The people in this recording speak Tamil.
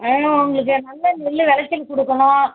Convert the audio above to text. அதனால் உங்களுக்கு நல்ல நெல் விளச்சல் கொடுக்கணும்